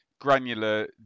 granular